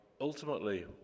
Ultimately